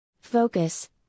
Focus